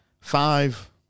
Five